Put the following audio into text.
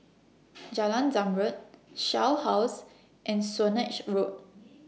Jalan Zamrud Shell House and Swanage Road